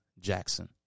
Jackson